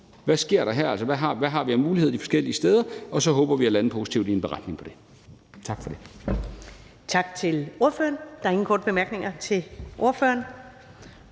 hvad der sker her, altså hvad vi har af muligheder de forskellige steder, og så håber vi at lande positivt med en beretning på det. Tak for det.